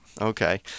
Okay